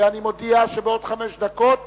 ואני מודיע שבעוד חמש דקות